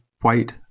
white